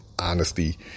honesty